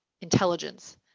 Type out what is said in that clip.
intelligence